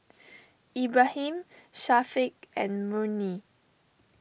Ibrahim Syafiq and Murni